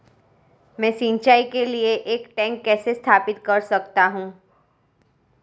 मैं सिंचाई के लिए एक टैंक कैसे स्थापित कर सकता हूँ?